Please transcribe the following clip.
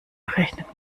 rechnet